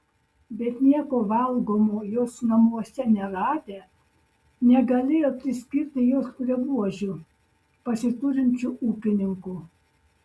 bet nieko valgomo jos namuose neradę negalėjo priskirti jos prie buožių pasiturinčių ūkininkų